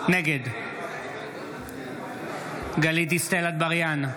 נגד גלית דיסטל אטבריאן,